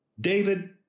David